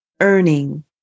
earning